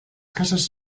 cases